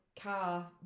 car